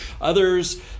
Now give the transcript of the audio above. Others